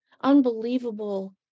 unbelievable